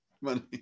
Money